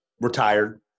retired